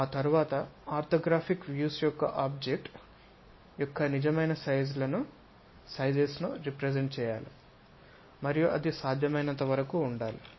ఆ తరువాత orthographic views ఆ ఆబ్జెక్ట్ యొక్క నిజమైన సైజ్ లను రెప్రెసెంట్ చేయాలి మరియు అది సాధ్యమైనంత వరకు ఉండాలి